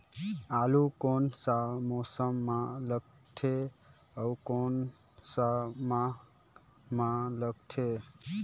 आलू कोन सा मौसम मां लगथे अउ कोन सा माह मां लगथे?